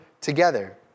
together